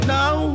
Now